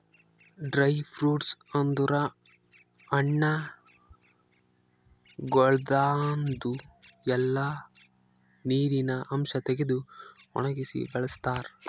dry fruits ಅಂದುರ್ ಹಣ್ಣಗೊಳ್ದಾಂದು ಎಲ್ಲಾ ನೀರಿನ ಅಂಶ ತೆಗೆದು ಒಣಗಿಸಿ ಬಳ್ಸತಾರ್